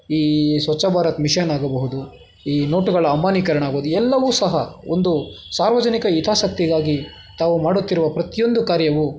ಈ ಸ್ವಚ್ಛ ಭಾರತ್ ಮಿಷನ್ ಆಗಬಹುದು ಈ ನೋಟುಗಳ ಅಂಬಾನೀಕರಣ ಆಗ್ಬೋದು ಎಲ್ಲವೂ ಸಹ ಒಂದು ಸಾರ್ವಜನಿಕ ಹಿತಾಸಕ್ತಿಗಾಗಿ ತಾವು ಮಾಡುತ್ತಿರುವ ಪ್ರತಿಯೊಂದು ಕಾರ್ಯವು